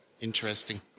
Interesting